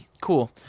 Cool